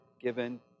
given